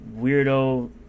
weirdo